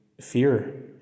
fear